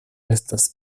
estas